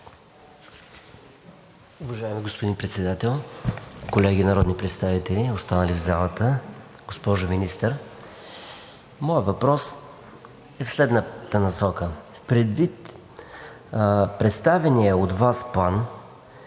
Уважаеми господин Председател, колеги народни представители, останали в залата! Госпожо Министър, моят въпрос е в следната насока. Предвид представения от Вас план